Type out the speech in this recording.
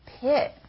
pit